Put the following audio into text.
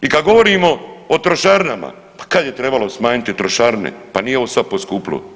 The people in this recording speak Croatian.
I kad govorimo o trošarinama, pa kad je trebalo smanjiti trošarine, pa nije ovo sad poskupilo.